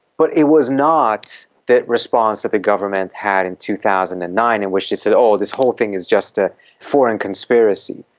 but it was not that response that the government had in two thousand and nine in which they said, oh, this whole thing is just a foreign conspiracy.